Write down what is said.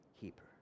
keeper